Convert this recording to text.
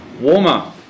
warmer